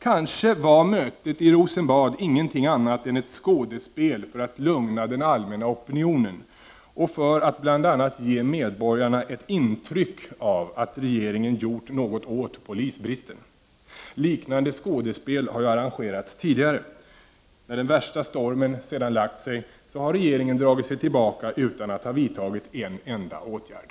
Kanske var mötet i Rosenbad ingenting annat än ett skådespel för att lugna den allmänna opinionen och för att bl.a. ge medborgarna ett intryck av att regeringen har gjort någonting konkret åt polisbristen. Liknande skådespel har ju arrangerats tidigare. När den värsta stormen sedan har lagt sig har regeringen dragit sig tillbaka utan att ha vidtagit en enda åtgärd!